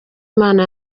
imana